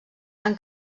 han